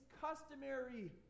customary